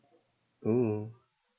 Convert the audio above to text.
oh